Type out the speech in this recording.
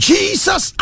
Jesus